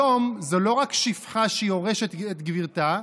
היום זו לא רק שפחה שיורשת את גבירתה,